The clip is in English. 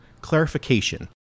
Clarification